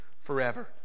forever